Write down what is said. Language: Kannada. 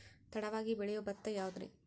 ತಡವಾಗಿ ಬೆಳಿಯೊ ಭತ್ತ ಯಾವುದ್ರೇ?